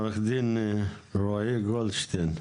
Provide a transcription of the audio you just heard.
עו"ד רועי גולדשטיין,